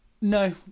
No